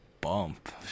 bump